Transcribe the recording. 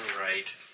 right